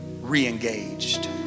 re-engaged